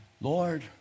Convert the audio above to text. Lord